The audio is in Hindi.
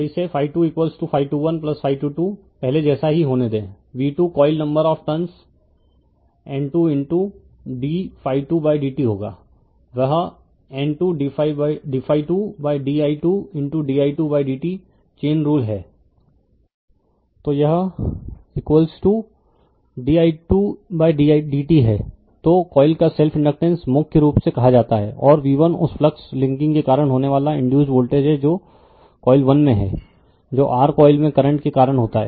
रिफर स्लाइड टाइम 0503 तो इसेपहले जैसा ही होने दें v2 coil number of turns N 2 d dt होगा वह N 2 d di2di2dt chain rule है तो यह di2dt है तो कॉइल का सेल्फ इंडकटेन्स मुख्य रूप से कहा जाता है और v1 उस फ्लक्स लिंकिंग के कारण होने वाला इंड्यूस वोल्टेज है जो कॉइल 1 में है जो r कॉइल में करंट के कारण होता है